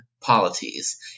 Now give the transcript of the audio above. polities